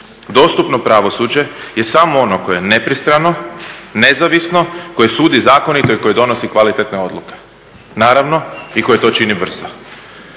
Dostupno pravosuđe je samo ono koje je nepristrano, nezavisno, koje sudi zakonito i koje donosi kvalitetne odluke, naravno i koje to čini brzo.